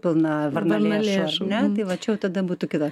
ateičiau pilna varnalėšų vat čia tada jau būtų kita kalba